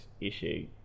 issue